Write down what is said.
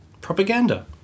propaganda